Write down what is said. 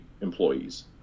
employees